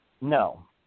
No